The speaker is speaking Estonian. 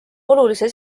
olulise